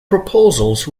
proposals